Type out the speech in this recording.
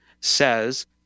says